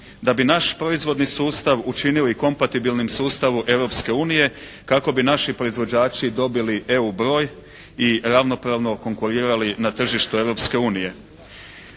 Da bi naš proizvodni sustav učinili kompatibilnim sustavu Europske unije kako bi naši proizvođači dobili EU broj i ravnopravno konkurirali na tržištu